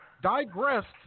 digressed